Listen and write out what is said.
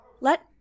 let